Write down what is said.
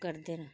करदे ना